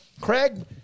Craig